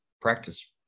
practice